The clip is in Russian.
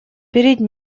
перед